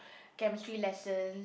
Chemistry lesson